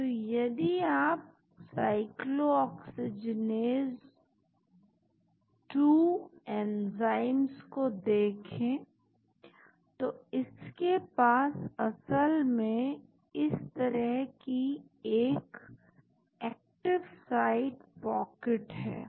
तो यदि आप साइक्लोऑक्सीजीनेस 2 एंजाइम्स को देखें तो इसके पास असल में इस तरह की एक एक्टिव साइट पॉकेट है